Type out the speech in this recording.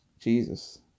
Jesus